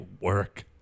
work